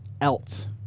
else